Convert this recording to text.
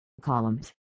columns